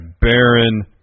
Baron